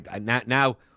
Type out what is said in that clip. now